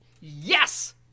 Yes